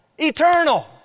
Eternal